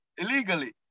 illegally